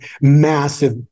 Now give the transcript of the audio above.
massive